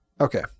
Okay